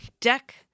deck